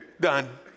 done